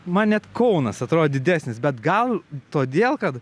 man net kaunas atrodė didesnis bet gal todėl kad